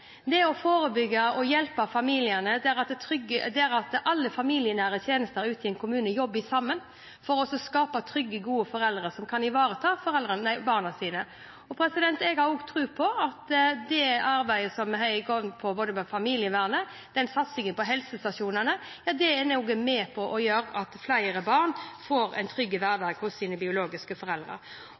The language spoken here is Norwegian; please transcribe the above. det å forebygge og hjelpe familiene ved at alle familienære tjenester ute i en kommune jobber sammen for å skape trygge og gode foreldre som kan ivareta barna sine. Jeg har også tro på at det arbeidet som er i gang når det gjelder familievernet og satsingen på helsestasjonene, er med på å gjøre at flere barn får en trygg hverdag hos sine biologiske foreldre.